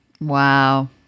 Wow